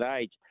age